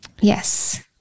Yes